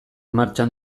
martxan